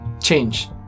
Change